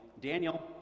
Daniel